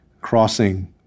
crossing